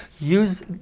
use